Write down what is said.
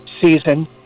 season